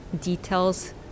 details